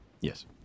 Yes